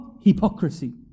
hypocrisy